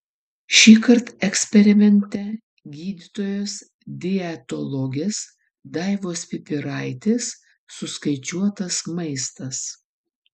šįkart eksperimente gydytojos dietologės daivos pipiraitės suskaičiuotas maistas